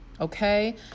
okay